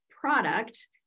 product